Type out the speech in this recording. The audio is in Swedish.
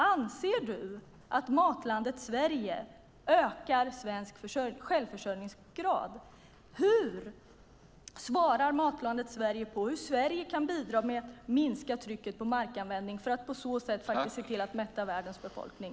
Anser du att Matlandet Sverige ökar svensk självförsörjningsgrad? Hur svarar Matlandet Sverige på hur Sverige kan bidra till att minska trycket på markanvändning för att på så sätt se till att mätta världens befolkning?